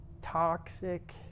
toxic